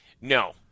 No